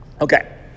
Okay